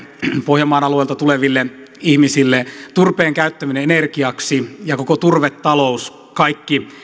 pohjanmaan alueelta tuleville ihmisille turpeen käyttäminen energiaksi ja koko turvetalous kaikki